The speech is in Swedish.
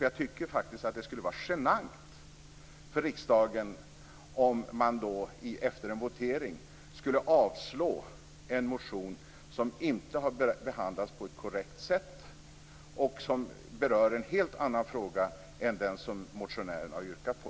Jag tycker faktiskt att det skulle vara genant för riksdagen att genom votering avslå en motion som inte har behandlats på ett korrekt sätt och som berör något helt annat än det som motionärerna har yrkat på.